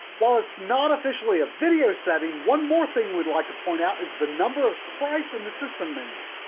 while it's not officially a video setting, one more thing we'd like to point out is the number of sprites in the system menu.